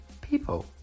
People